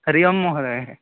हरिः ओं महोदयः